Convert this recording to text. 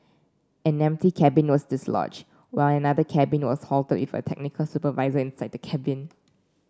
an empty cabin was dislodge while another cabin was halted with a technical supervisor inside the cabin